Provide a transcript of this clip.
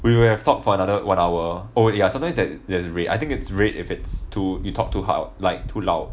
we will have talked for another one hour oh you are sometimes that there's red I think it's red if it's too you talked too houd~ like too loud